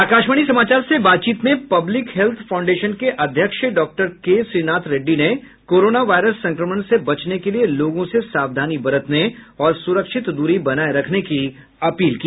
आकाशवाणी समाचार से बातचीत में पब्लिक हेल्थ फाउंडेशन के अध्यक्ष डॉक्टर के श्रीनाथ रेड्डी ने कोरोना वायरस संक्रमण से बचने के लिए लोगों से सावधानी बरतने और सुरक्षित दूरी बनाए रखने की अपील की